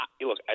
look